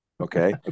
okay